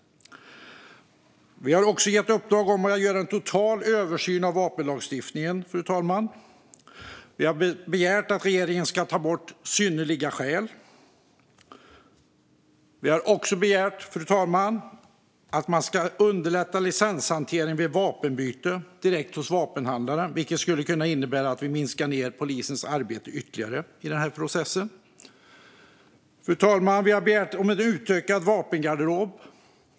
Vi har gett i uppdrag att göra en total översyn av vapenlagstiftningen, fru talman. Vi har begärt att regeringen ska ta bort "synnerliga skäl". Vi också begärt att man ska underlätta licenshanteringen vid vapenbyte direkt hos vapenhandlaren, vilket skulle kunna innebära att vi minskar polisens arbete ytterligare i den här processen. Fru talman! Vi har begärt en utökad vapengarderob.